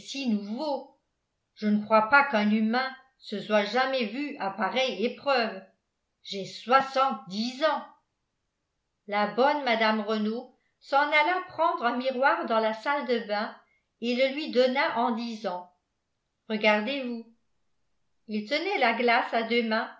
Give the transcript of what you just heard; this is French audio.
nouveau je ne crois pas qu'un humain se soit jamais vu à pareille épreuve j'ai soixante-dix ans la bonne mme renault s'en alla prendre un miroir dans la salle de bain et le lui donna en disant regardez-vous il tenait la glace à